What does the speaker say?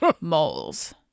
moles